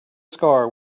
scar